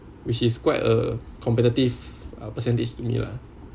which is quite a competitive percentage to me lah